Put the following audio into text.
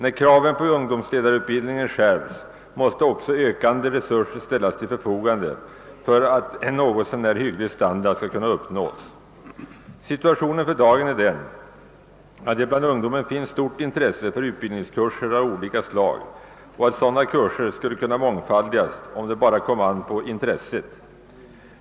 När kraven på ungdomsledarutbildningen skärps måste också ökade resurser ställas till förfogande för att en något så när hygglig standard skall kunna uppnås. För dagen finns det bland ungdomen ett stort intresse för utbildningskurser av olika slag, och antalet sådana kurser skulle kunna mångfaldigas, om det bara kom an på intresset.